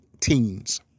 teens